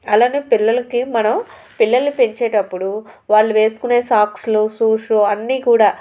అలానే పిల్లలకి మనం పిల్లల్ని పెంచేటప్పుడు వాళ్ళు వేసుకునే సాక్స్లు షూస్ అన్నీ కూడా